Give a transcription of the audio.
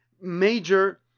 major